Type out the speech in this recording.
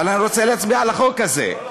אבל אני רוצה להצביע על החוק הזה.